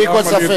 בלי שום ספק.